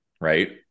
right